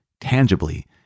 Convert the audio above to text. tangibly